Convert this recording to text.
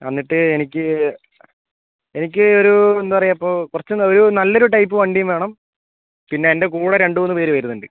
എന്നിട്ട് എനിക്ക് എനിക്ക് ഒരു എന്താണ് പറയുക ഇപ്പോൾ കുറച്ച് ഒരു നല്ലൊരു ടൈപ്പ് വണ്ടിയും വേണം പിന്നെ എൻ്റെ കൂടെ രണ്ടുമൂന്ന് പേർ വരുന്നുണ്ട്